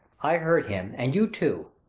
i heard him, and you too.